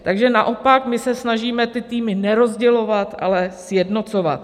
Takže naopak my se snažíme ty týmy nerozdělovat, ale sjednocovat.